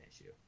issue